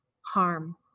harm